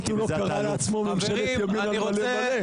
לפחות הוא לא קרא לעצמו ממשלת ימין על מלא-מלא.